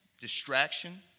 distraction